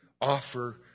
offer